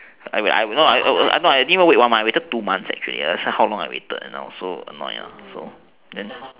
no no I didn't wait one month I waited for two months actually that's how long I waited that's why I'm so annoyed lah